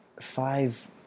five